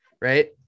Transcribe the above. right